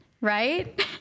Right